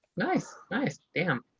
nice. nice. damn,